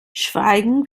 schweigen